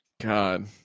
God